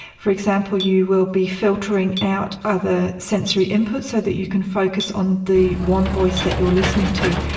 for example, you will be filtering out other sensory inputs so that you can focus on the one voice that you are listening to.